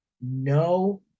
no